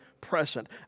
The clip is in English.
present